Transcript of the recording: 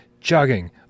jogging